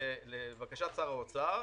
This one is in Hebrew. לבקשת שר האוצר,